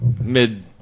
mid